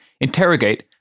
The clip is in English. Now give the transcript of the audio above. interrogate